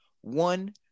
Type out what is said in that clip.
one